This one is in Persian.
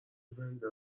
زنده